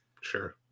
Sure